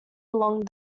along